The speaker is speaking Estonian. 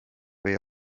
või